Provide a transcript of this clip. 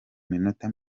minota